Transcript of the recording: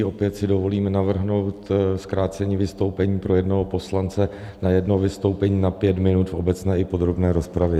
Opět si dovolím navrhnout zkrácení vystoupení pro jednoho poslance na jedno vystoupení na pět minut v obecné i podrobné rozpravě.